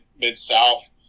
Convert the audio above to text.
Mid-South